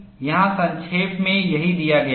यहाँ संक्षेप में यही दिया गया है